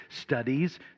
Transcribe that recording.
studies